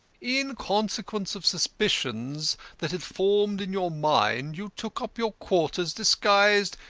in consequence of suspicions that had formed in your mind you took up your quarters, disguised,